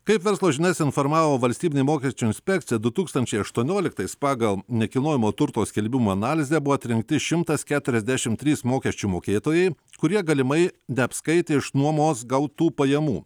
kaip verslo žinias informavo valstybinė mokesčių inspekcija du tūkstančiai aštuonioliktais pagal nekilnojamo turto skelbimų analizę buvo atrinkti šimtas keturiasdešimt trys mokesčių mokėtojai kurie galimai neapskaitė iš nuomos gautų pajamų